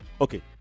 okay